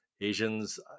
Asians